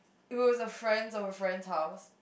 it was friend's or friend's house